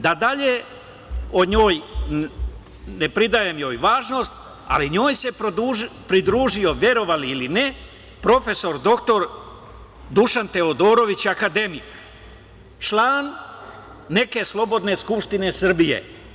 Da dalje o njoj ne pridajem joj važnost, ali njoj se pridružio, verovali ili ne, prof. dr Dušan Teodorović akademik, član neke slobodne skupštine Srbije.